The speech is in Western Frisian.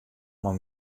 mei